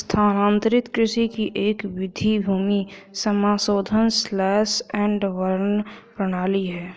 स्थानांतरित कृषि की एक विधि भूमि समाशोधन स्लैश एंड बर्न प्रणाली है